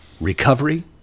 recovery